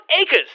acres